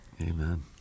Amen